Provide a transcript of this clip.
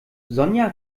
sonja